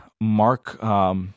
Mark